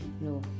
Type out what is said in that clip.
no